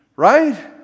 Right